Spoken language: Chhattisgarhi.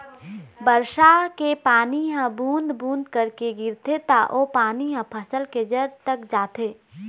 बरसा के पानी ह बूंद बूंद करके गिरथे त ओ पानी ह फसल के जर तक जाथे